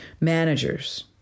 Managers